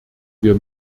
wir